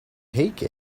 take